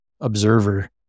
observer